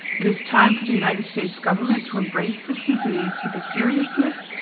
it is time for the united states government to embrace this disease with the seriousness,